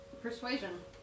Persuasion